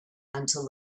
until